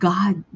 God